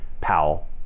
Powell